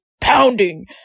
Pounding